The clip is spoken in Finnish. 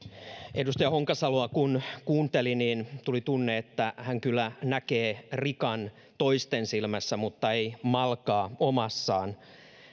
edustaja honkasaloa kun kuunteli tuli tunne että hän kyllä näkee rikan toisten silmässä mutta ei malkaa omassaan